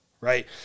right